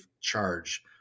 charge